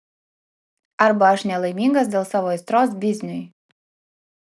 arba aš nelaimingas dėl savo aistros bizniui